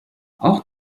auch